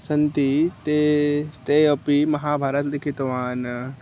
सन्ति ते ते अपि महाभारतं लिखितवान्